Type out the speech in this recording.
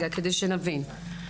כדי שנבין.